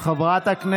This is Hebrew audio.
גם נגד הכנסת,